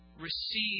receive